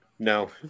No